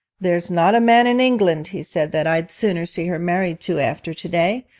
there's not a man in england he said, that i'd sooner see her married to after to-day.